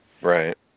Right